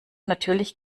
natürlich